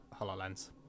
HoloLens